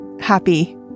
happy